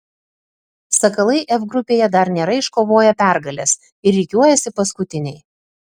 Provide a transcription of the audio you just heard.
sakalai f grupėje dar nėra iškovoję pergalės ir rikiuojasi paskutiniai